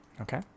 Okay